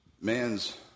man's